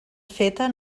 feta